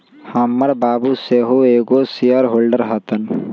हमर बाबू सेहो एगो शेयर होल्डर हतन